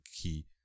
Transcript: key